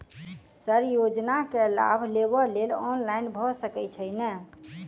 Sir योजना केँ लाभ लेबऽ लेल ऑनलाइन भऽ सकै छै नै?